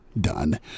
done